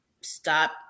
stop